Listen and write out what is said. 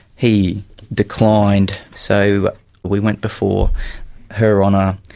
he declined, so we went before her honour,